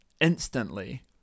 instantly